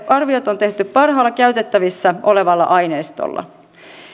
arviot on tehty parhaalla käytettävissä olevalla aineistolla